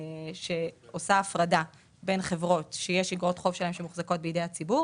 שעושה הפרדה בין חברות שאגרות החוב שלהן מוחזקות בידי הציבור